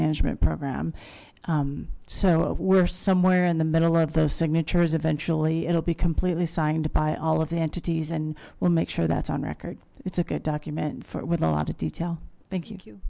management program so we're somewhere in the middle of the signatures eventually it will be completely signed by all of the entities and we'll make sure that's on record it's a good document with a lot of detail thank you